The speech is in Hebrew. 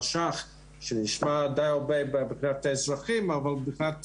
₪ שנשמע די הרבה מבחינת האזרחים אבל מבחינת